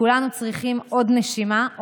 כולנו צריכים עוד נשימה,